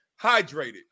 hydrated